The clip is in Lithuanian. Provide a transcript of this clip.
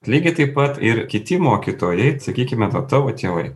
lygiai taip pat ir kiti mokytojai sakykime tavo tėvai